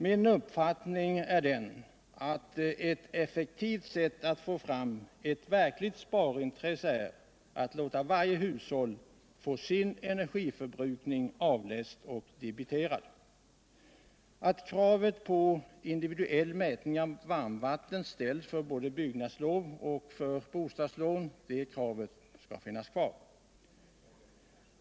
Min uppfattning är att ett effektivt sätt att få tram ett verkligt sparintresse är att låta varje hushåll få sin cnergiförbrukning avläst och debiterad. Kravet på individuell mätning av varmvatten för erhållande av både byggnadslov och bostadslån bör också finnas kvar.